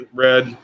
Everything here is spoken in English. red